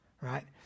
right